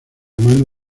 mano